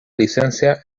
licencia